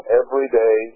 everyday